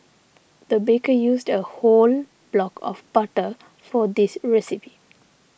the baker used a whole block of butter for this recipe